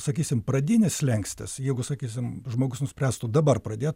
sakysim pradinis slenkstis jeigu sakysim žmogus nuspręstų dabar pradėt